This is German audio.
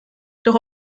doch